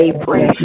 April